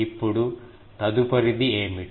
ఇప్పుడు తదుపరిది ఏమిటి